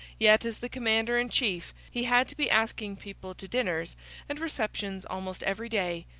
yet, as the commander-in-chief, he had to be asking people to dinners and receptions almost every day,